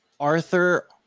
Arthur